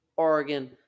Oregon